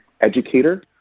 educator